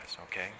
okay